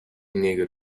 negro